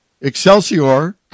Excelsior